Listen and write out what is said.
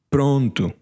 Pronto